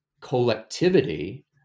collectivity